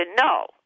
No